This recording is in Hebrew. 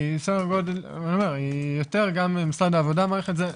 גם משרד העבודה מעריך את זה יותר.